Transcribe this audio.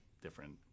different